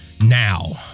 now